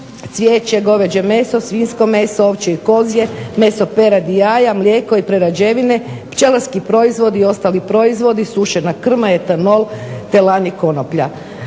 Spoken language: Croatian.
cvijeće, goveđe meso, svinjsko meso, ovčje i kozje, meso peradi i jaja, mlijeko i prerađevine, pčelarski proizvodi i ostali proizvodi, sušena krma, etanol, te lan i konoplja.